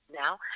now